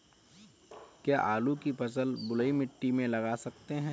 क्या आलू की फसल बलुई मिट्टी में लगा सकते हैं?